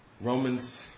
Romans